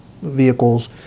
vehicles